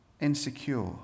insecure